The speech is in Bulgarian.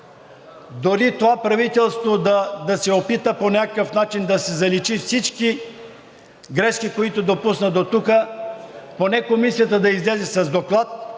дори това правителство да се опита по някакъв начин да заличи всички грешки, които допусна дотук, поне Комисията да излезе с доклад